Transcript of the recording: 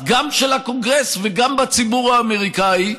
גם של הקונגרס וגם של הציבור האמריקני,